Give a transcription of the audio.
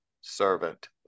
servant